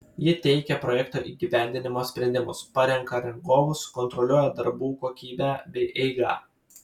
ji teikia projekto įgyvendinimo sprendimus parenka rangovus kontroliuoja darbų kokybę bei eigą